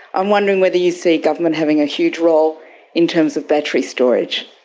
i'm wondering whether you see government having a huge role in terms of battery storage.